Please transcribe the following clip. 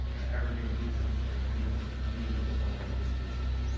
evergreen pieces, in newsrooms newsrooms they're called evergreen pieces.